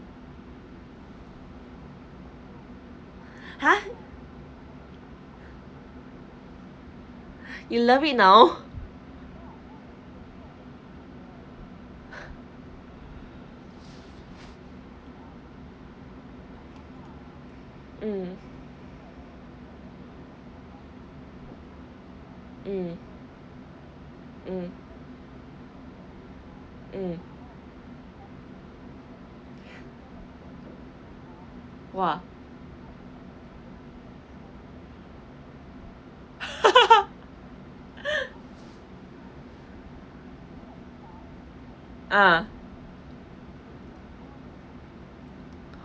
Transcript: !huh! you love it now mm mm mm mm !wah! ah